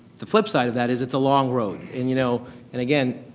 the flip side of that is it's a long road. and you know and again,